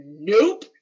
nope